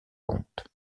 compte